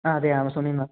ആ അതെ ആമസോണില് നിന്നാണ്